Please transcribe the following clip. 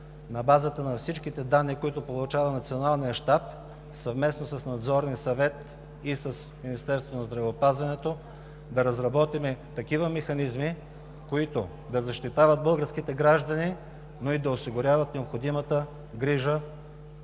на базата на всичките данни, които получава Националният щаб, съвместно с Надзорния съвет и с Министерството на здравеопазването да разработим такива механизми, които да защитават българските граждани, но и да осигуряват необходимата грижа